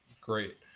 Great